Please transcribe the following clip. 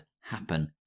happen